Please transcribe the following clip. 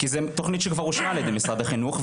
כי זה תוכנית שכבר אושרה על ידי משרד החינוך,